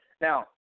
Now